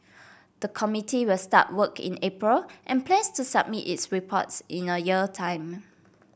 the committee will start work in April and plans to submit its reports in a year time